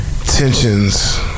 Tensions